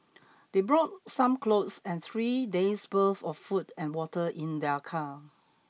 they brought some clothes and three days' worth of food and water in their car